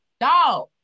Dog